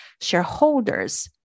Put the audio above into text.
shareholders